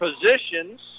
Positions